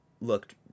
looked